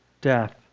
death